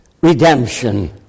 redemption